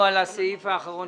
על ההתמדה בעניין הזה.